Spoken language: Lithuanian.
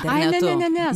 ne ne ne ne ne